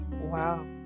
Wow